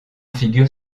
figure